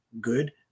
good